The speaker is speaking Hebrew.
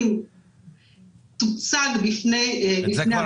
הנתונים לגבי השפעת מאקרו של עידוד כניסת כסף להון סיכון,